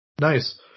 nice